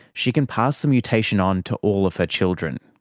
she can pass the mutation on to all of her children.